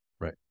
Right